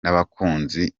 n’abakunzi